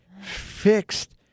fixed